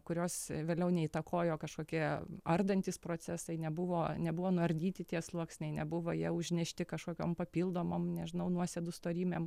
kurios vėliau neįtakojo kažkokie ardantys procesai nebuvo nebuvo nuardyti tie sluoksniai nebuvo jie užnešti kažkokiom papildomom nežinau nuosėdų storymėm